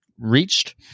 reached